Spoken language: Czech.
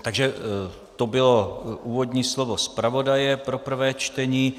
To bylo úvodní slovo zpravodaje pro prvé čtení.